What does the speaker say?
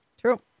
true